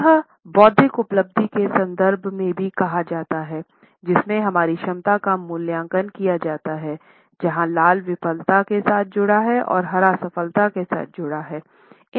यह बौद्धिक उपलब्धि के संदर्भ में भी कहा जाता है जिसमें हमारी क्षमता का मूल्यांकन किया जाता है जहां लाल विफलता से जुड़ा है और हरा सफलता से जुड़ा है